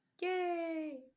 yay